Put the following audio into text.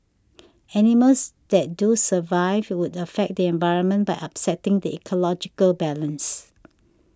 animals that do survive would affect the environment by upsetting the ecological balance